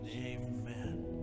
Amen